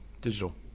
Digital